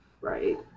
Right